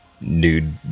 nude